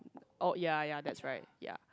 oh ya ya that's right ya